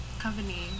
Company